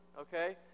okay